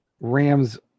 Rams